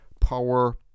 power